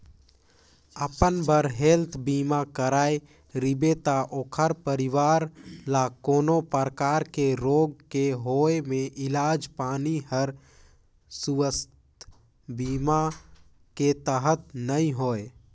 अपन बर हेल्थ बीमा कराए रिबे त ओखर परवार ल कोनो परकार के रोग के होए मे इलाज पानी हर सुवास्थ बीमा के तहत नइ होए